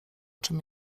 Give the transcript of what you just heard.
czym